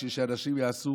בשביל שאנשים יעשו.